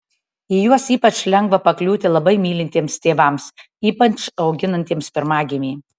į juos ypač lengva pakliūti labai mylintiems tėvams ypač auginantiems pirmagimį